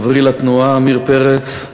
חברי לתנועה עמיר פרץ,